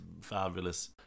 fabulous